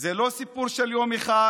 זה לא סיפור של יום אחד